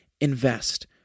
invest